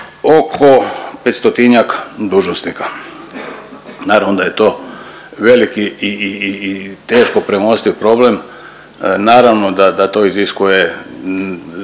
oko 500-tinjak dužnosnika. Naravno da je to veliki i teško premostiv problem. Naravno da to iziskuje